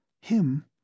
Him